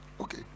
okay